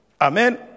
Amen